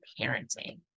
parenting